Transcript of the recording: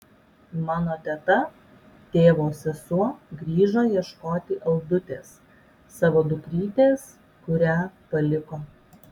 mano teta tėvo sesuo grįžo ieškoti aldutės savo dukrytės kurią paliko